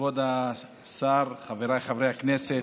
כבוד השר, חבריי חברי הכנסת,